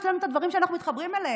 יש לנו את הדברים שאנחנו מתחברים אליהם.